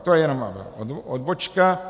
To jenom odbočka.